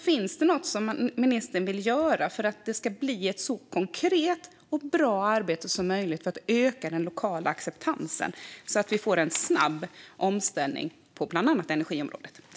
Finns det något som ministern vill göra för att det ska bli ett så konkret och bra arbete som möjligt för att öka den lokala acceptansen, så att vi får en snabb omställning på bland annat energiområdet?